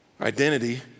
identity